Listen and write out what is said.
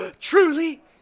Truly